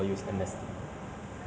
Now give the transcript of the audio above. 就是就是这样 lor